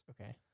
Okay